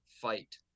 fight